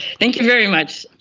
thank you very much.